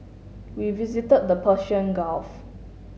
we visited the Persian Gulf